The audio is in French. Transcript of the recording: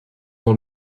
dans